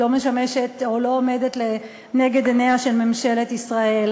היא לא משמשת או לא עומדת לנגד עיניה של ממשלת ישראל.